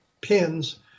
pins